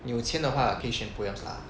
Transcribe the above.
你有钱的话可以选 poems lah